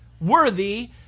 worthy